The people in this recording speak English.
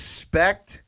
expect